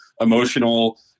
emotional